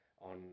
on